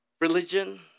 religion